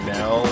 now